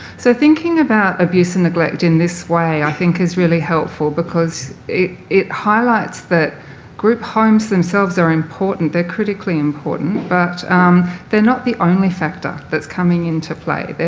so thinking about abuse and neglect in this way i think is really helpful because it highlights that group homes themselves are important. they're critically important. but they're not the only factor that's coming into play.